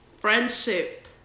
friendship